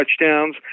touchdowns